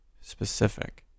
specific